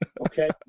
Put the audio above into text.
okay